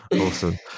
awesome